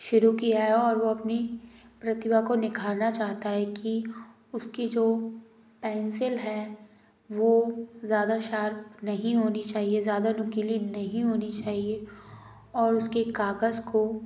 शुरू किया है और वो अपनी प्रतिभा को निखारना चाहता है कि उसकी जो पेंसिल है वो ज़्यादा शार्प नहीं होनी चाहिए ज़्यादा नुकीली नहीं होनी चाहिए और उसके कागज को